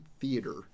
theater